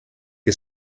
que